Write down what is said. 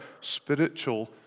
spiritual